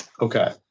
Okay